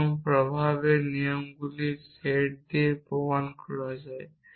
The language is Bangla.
এবং প্রভাবের নিয়মগুলির সেট দিয়ে প্রমাণ করা যায়